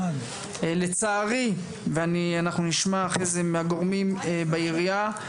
לצערי ואנחנו נשמע אחרי זה מהגורמים בעירייה,